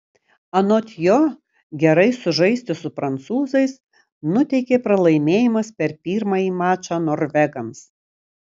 anot jo gerai sužaisti su prancūzais nuteikė pralaimėjimas per pirmąjį mačą norvegams